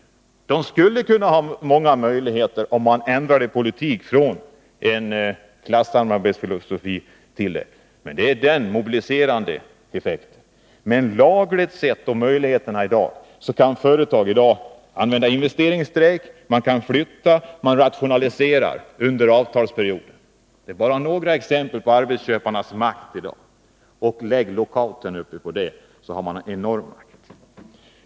De skulle kunna ha många möjligheter, om man ändrade politiken, från en klassamarbetsfilosofi till en mobiliserande inriktning, men lagligt sett och med övriga möjligheter som står till buds kan företagarna i dag använda investeringsstrejk, flytta och rationalisera under avtalsperioden. Det är bara några exempel på arbetsköparnas makt i dag. Lägger man sedan lockout till detta, blir det en enorm makt.